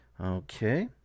Okay